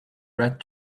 red